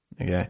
okay